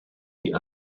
die